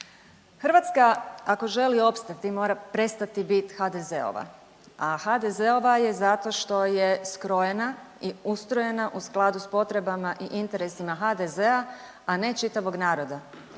Hrvatska ako želi opstati mora prestati bit HDZ-ova, a HDZ-ova je zato što je skrojena i ustrojena u skladu s potrebama i interesima HDZ-a, a ne čitavog naroda.